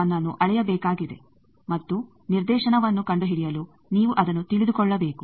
ಅನ್ನು ಅಳೆಯಬೇಕಾಗಿದೆ ಮತ್ತು ನಿರ್ದೇಶನವನ್ನು ಕಂಡುಹಿಡಿಯಲು ನೀವು ಅದನ್ನು ತಿಳಿದುಕೊಳ್ಳಬೇಕು